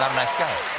um nice guy.